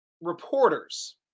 reporters